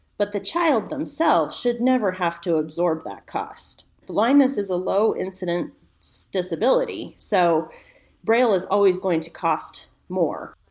but the child, themselves, should never have to absorb that cost. blindness is a low incident so disability, so braille is always going to cost more.